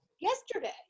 yesterday